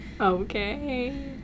Okay